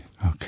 okay